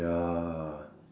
ya